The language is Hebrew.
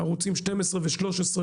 לערוצים 12 ו-13,